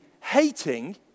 hating